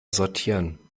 sortieren